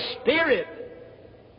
Spirit